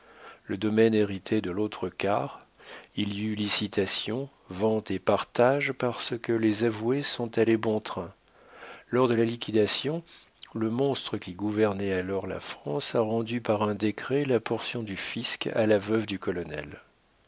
le domaine héritait de l'autre quart il y a eu licitation vente et partage parce que les avoués sont allés bon train lors de la liquidation le monstre qui gouvernait alors la france a rendu par un décret la portion du fisc à la veuve du colonel